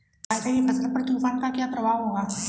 बाजरे की फसल पर तूफान का क्या प्रभाव होगा?